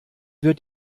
wird